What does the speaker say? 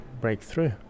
breakthrough